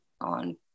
on